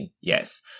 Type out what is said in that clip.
yes